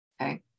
Okay